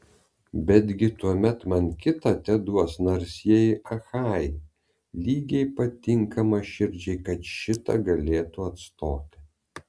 betgi tuomet man kitą teduos narsieji achajai lygiai patinkamą širdžiai kad šitą galėtų atstoti